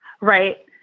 Right